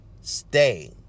Stay